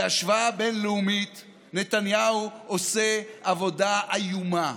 בהשוואה בין-לאומית נתניהו עושה עבודה איומה.